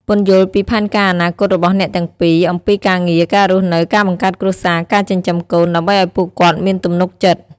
ពន្យល់ពីផែនការអនាគតរបស់អ្នកទាំងពីរអំពី ការងារ ការរស់នៅ ការបង្កើតគ្រួសារ ការចិញ្ចឹមកូន ដើម្បីឱ្យពួកគាត់មានទំនុកចិត្ត។